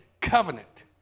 covenant